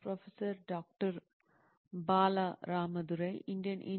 professor Bala క్యూరియో